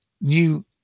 new